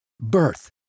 birth